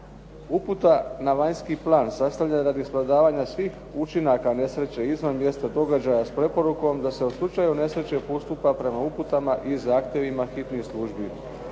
Uputa na vanjski plan sastavljena radi svladavanja svih učinaka nesreće izvan mjesta događaja sa preporukom da se o slučaju nesreće postupa prema uputama i zahtjevima hitnih službi.